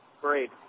Great